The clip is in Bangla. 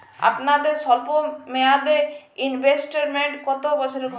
আপনাদের স্বল্পমেয়াদে ইনভেস্টমেন্ট কতো বছরের হয়?